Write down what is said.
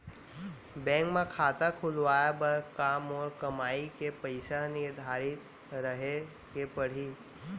Bank म खाता खुलवाये बर का मोर कमाई के पइसा ह निर्धारित रहे के पड़ही?